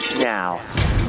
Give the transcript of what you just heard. now